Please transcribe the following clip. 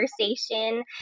conversation